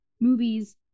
movies